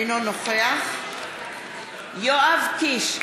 אינו נוכח יואב קיש,